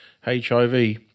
HIV